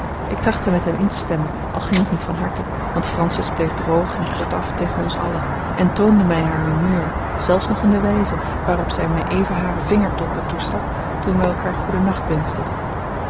ik trachtte met hem in te stemmen al ging het niet van harte want francis bleef droog en kortaf tegen ons allen en toonde mij haar humeur zelfs nog in de wijze waarop zij mij even hare vingertoppen toestak toen wij elkaar goedennacht wenschten